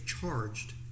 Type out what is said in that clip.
charged